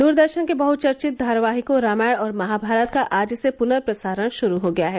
दूरदर्शन के बहुचर्चित धारावाहिकों रामायण और महाभारत का आज से पुनर्प्रसारण शुरू हो गया है